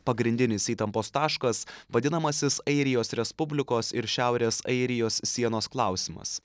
pagrindinis įtampos taškas vadinamasis airijos respublikos ir šiaurės airijos sienos klausimas